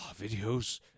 videos